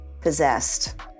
possessed